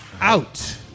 out